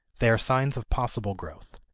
they are signs of possible growth.